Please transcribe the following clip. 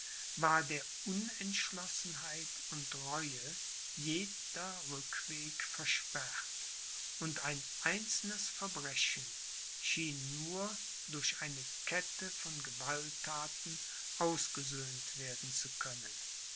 war der unentschlossenheit und reue jeder rückweg versperrt und ein einzelnes verbrechen schien nur durch eine kette von gewalttaten ausgesöhnt werden zu können